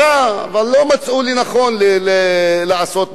אבל לא מצאו לנכון לעשות מזה משהו.